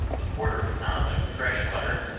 a quarter of a pound of fresh butter,